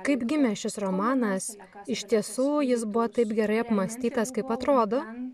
kaip gimė šis romanas iš tiesų jis buvo taip gerai apmąstytas kaip atrodo